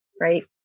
right